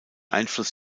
einfluss